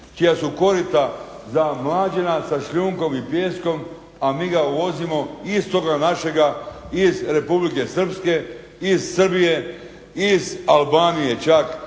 čija su korita … sa šljunkom i pijeskom a mi ga uvozimo iz …našega iz Republike Srpske iz Srbije iz Albanije čak